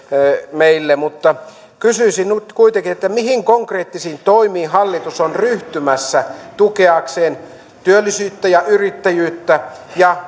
meille mutta kysyisin nyt kuitenkin mihin konkreettisiin toimiin hallitus on ryhtymässä tukeakseen työllisyyttä ja yrittäjyyttä